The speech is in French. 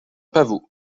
pavot